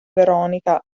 veronica